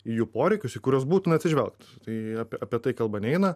jų poreikius į kuriuos būtina atsižvelgt tai apie apie tai kalba neina